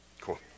Cool